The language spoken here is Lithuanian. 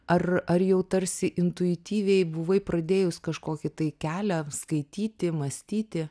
ar ar jau tarsi intuityviai buvai pradėjus kažkokį tai kelią skaityti mąstyti